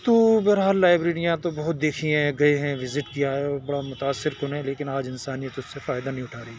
تو بہرحال لائبریریاں تو بہت دیکھی ہیں گئے ہیں وزٹ کیا ہے اور بڑا متاثرکن کے لیکن آج انسانیت اس کے فائدہ نہیں اٹھا رہی ہے